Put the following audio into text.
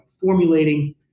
formulating